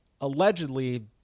allegedly